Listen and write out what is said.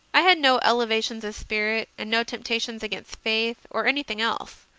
i had no elevations of spirit and no temptations against faith or anything else